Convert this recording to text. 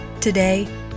Today